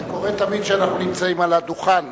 זה קורה תמיד כשאנחנו נמצאים על הדוכן.